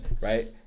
Right